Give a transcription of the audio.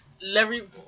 Larry